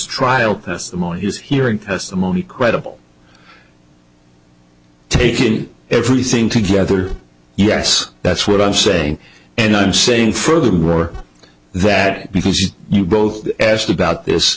trial testimony his hearing testimony credible taking everything together yes that's what i'm saying and i'm saying furthermore that because you both asked about this